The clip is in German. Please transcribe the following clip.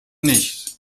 nicht